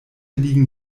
liegen